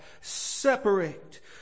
Separate